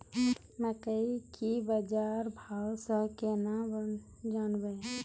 मकई के की बाजार भाव से केना जानवे?